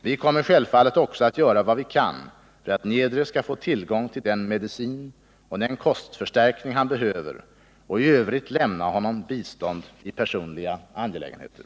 Vi kommer självfallet också att göra vad vi kan för att Niedre skall få tillgång till den medicin och den kostförstärkning han behöver och i övrigt lämna honom bistånd i personliga angelägenheter.